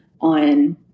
on